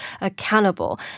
accountable